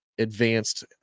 advanced